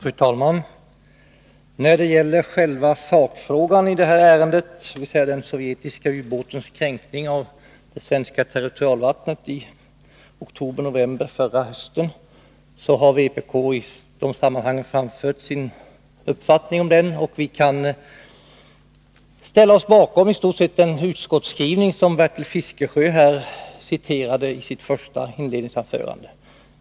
Nr 145 Fru talman! När det gäller sakfrågan i det här ärendet, dvs. den sovjetiska Onsdagen den ubåtens kränkning av det svenska territorialvattnet i oktober-november 12 maj 1982 förra hösten, har vpk redan framfört sin uppfattning om den. Vi kan i stort sett ställa oss bakom den utskottsskrivning som Bertil Fiskesjö citerade i sitt inledningsanförande.